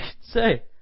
say